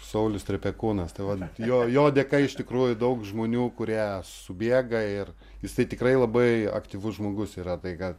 saulius trepekūnas tai vat jo jo dėka iš tikrųjų daug žmonių kurie subėga ir jisai tikrai labai aktyvus žmogus yra tai ka